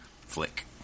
flick